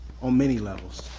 on many levels.